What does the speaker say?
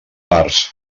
parts